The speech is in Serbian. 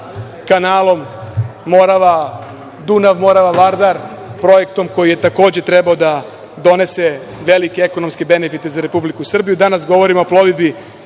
kanalom Morava-Dunav-Morava-Vardar, projektom koji je takođe trebao da donese velike ekonomske benefite za Republiku Srbiju. Danas govorimo o plovidbi